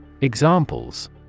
Examples